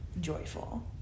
joyful